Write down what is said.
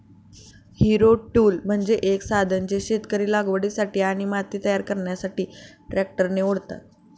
Harrow tool म्हणजे एक साधन जे शेतकरी लागवडीसाठी आणि माती तयार करण्यासाठी ट्रॅक्टरने ओढतात